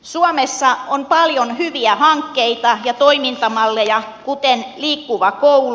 suomessa on paljon hyviä hankkeita ja toimintamalleja kuten liikkuva koulu